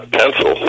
pencil